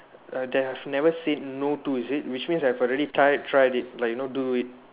uh that have never seen know to is it which means I have already try tried it like you know do it